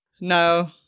No